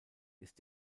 ist